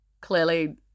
clearly